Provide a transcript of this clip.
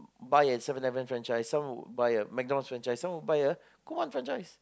buy a Seven Eleven franchise some would buy a McDonald's franchise some would buy a Kumon franchise